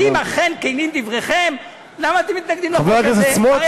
אם אכן כנים דבריכם, למה אתם מתנגדים לחוק הזה?